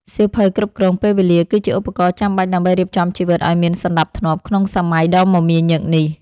សៀវភៅគ្រប់គ្រងពេលវេលា គឺជាឧបករណ៍ចាំបាច់ដើម្បីរៀបចំជីវិតឱ្យមានសណ្ដាប់ធ្នាប់ក្នុងសម័យដ៏មមាញឹកនេះ។